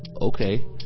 okay